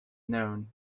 known